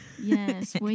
Yes